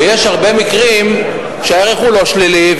ויש הרבה מקרים שהערך הוא לא שלילי,